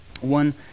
One